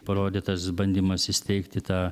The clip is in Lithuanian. parodytas bandymas įsteigti tą